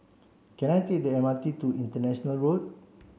can I take the M R T to International Road